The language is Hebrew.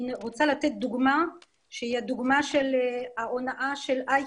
אני רוצה לתת דוגמה שהיא הדוגמה של ההונאה של אי.קיו.טק.